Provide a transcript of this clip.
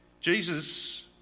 Jesus